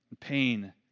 pain